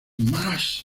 más